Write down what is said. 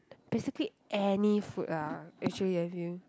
basically any food ah actually I feel